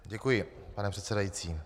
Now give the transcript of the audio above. Děkuji, pane předsedající.